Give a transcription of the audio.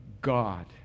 God